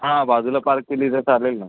हां बाजूला पार्क केली तर चालेल ना